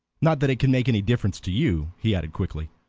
not that it can make any difference to you, he added quickly,